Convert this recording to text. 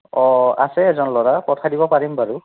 অঁ আছে এজন ল'ৰা পঠাই দিব পাৰিম বাৰু